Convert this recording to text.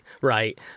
right